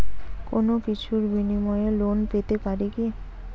কোনো কিছুর বিনিময়ে লোন পেতে পারি কি?